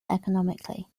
economically